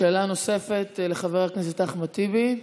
שאלה נוספת, לחבר הכנסת אחמד טיבי.